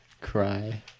Cry